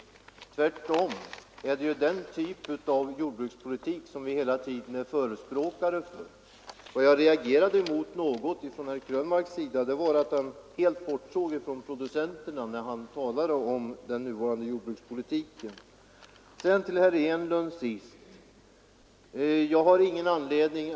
Tvärtom är det den typen av jordbrukspolitik som vi hela tiden har förespråkat. Vad jag reagerat mot något är att herr Krönmark helt bortsåg från producenterna när han talade om den nuvarande jordbrukspolitiken. Så några ord till herr Enlund.